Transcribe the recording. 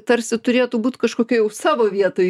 tarsi turėtų būt kažkokioj jau savo vietoj